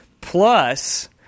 plus